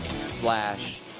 slash